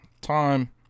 time